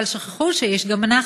אבל שכחו שיש גם אנחנו,